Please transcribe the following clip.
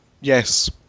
Yes